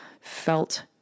felt